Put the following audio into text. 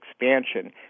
expansion